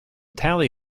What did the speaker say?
tally